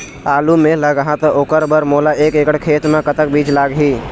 आलू मे लगाहा त ओकर बर मोला एक एकड़ खेत मे कतक बीज लाग ही?